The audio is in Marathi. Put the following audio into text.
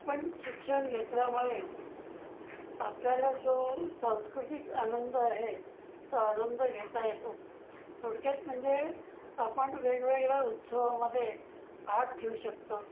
आपण शिक्षण घेतल्यामुळे आपल्याला जो सांस्कृतिक आनंद आहे तो आनंद घेता येतो थोडक्यात म्हणजे आपण वेगवेगळ्या उत्सवामध्ये भाग घेऊ शकतो